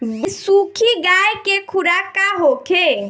बिसुखी गाय के खुराक का होखे?